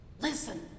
Listen